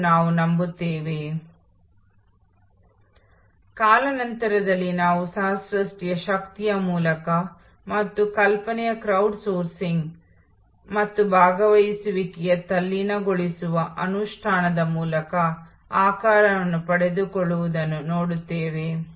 ಆದರೆ ನೀವು ಈಗ ಈ ಸಂಪೂರ್ಣ ಚಿತ್ರವನ್ನು ಸಂಯೋಜಿತ ವ್ಯವಸ್ಥೆಗಳ ವಿಧಾನವಾಗಿ ನೋಡಬಹುದು ಮತ್ತು ಅದರ ಬಗ್ಗೆ ಯೋಚಿಸುವುದರಿಂದ ನಮ್ಮ ಚರ್ಚೆಯು ನಾಳೆ ಅದೇ ಚಿತ್ರವಾಗಬಹುದು